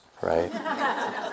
right